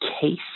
case